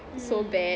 mm